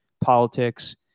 politics